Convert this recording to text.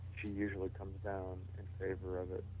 she usually comes down in favor of it